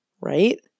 Right